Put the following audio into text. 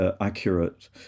accurate